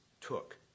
took